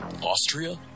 Austria